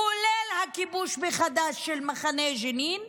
כולל הכיבוש מחדש של מחנה ג'נין,